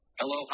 Hello